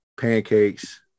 pancakes